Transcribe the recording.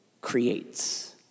creates